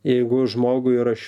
jeigu žmogui raš